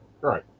Right